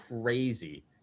crazy